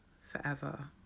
forever